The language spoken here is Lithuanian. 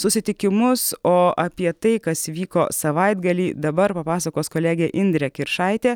susitikimus o apie tai kas vyko savaitgalį dabar papasakos kolegė indrė kiršaitė